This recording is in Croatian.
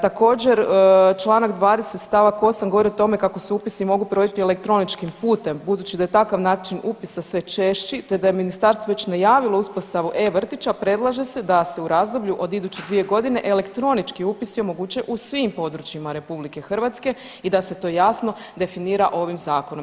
Također, čl. 20 st. 8 govori o tome kako se upisi mogu provesti elektroničkim putem, budući da je takav način upisa sve češći te da je Ministarstvo već najavilo uspostavu e-Vrtića, predlaže se da se u razdoblju od idućih 2 godine elektronički upisi omoguće u svim područjima RH i da se to jasno definira ovim Zakonom.